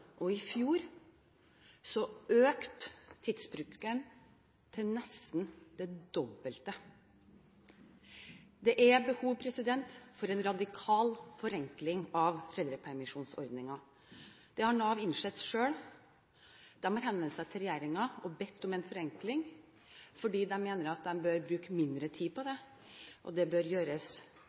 I fjor økte tidsbruken til nesten det dobbelte. Det er behov for en radikal forenkling av foreldrepermisjonsordningen. Det har Nav innsett selv. De har henvendt seg til regjeringen og bedt om en forenkling. De mener at de bør bruke mindre tid på dette, og det bør gjøres